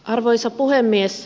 arvoisa puhemies